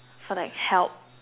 for like help